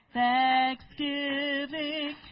thanksgiving